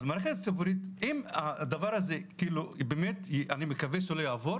אז במערכת הציבורית אם הדבר הזה כאילו באמת ואני מקווה שלא יעבור,